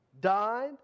died